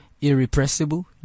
irrepressible